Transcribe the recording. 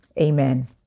Amen